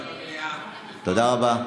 אני במליאה --- תודה רבה.